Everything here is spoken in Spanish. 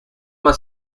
más